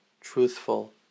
truthful